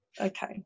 Okay